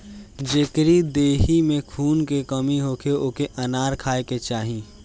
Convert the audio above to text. जेकरी देहि में खून के कमी होखे ओके अनार खाए के चाही